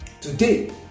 Today